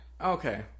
Okay